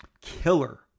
killer